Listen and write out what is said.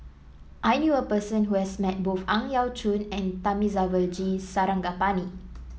I knew a person who has met both Ang Yau Choon and Thamizhavel G Sarangapani